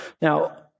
Now